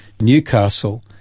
Newcastle